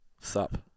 Sup